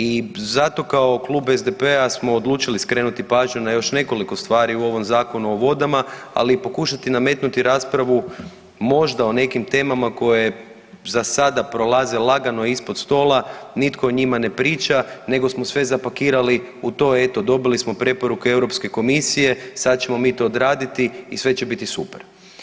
I zato kao Klub SDP-a smo odlučili skrenuti pažnju na još nekoliko stvari u ovom Zakonu o vodama, ali i pokušati nametnuti raspravu možda o nekim temama koje za sada prolaze lagano ispod stola, nitko o njima ne priča nego smo sve zapakirali u to eto dobili smo preporuke Europske komisije sad ćemo mi to odraditi i sve će biti super.